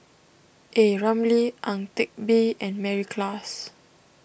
A Ramli Ang Teck Bee and Mary Klass